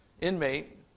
inmate